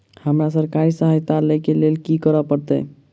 हमरा सरकारी सहायता लई केँ लेल की करऽ पड़त?